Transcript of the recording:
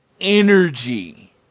energy